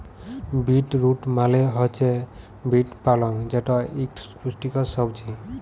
beet root মালে হছে beet পালং যেট ইকট পুষ্টিকর সবজি